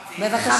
אמרתי.